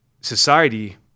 society